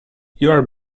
you’re